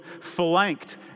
flanked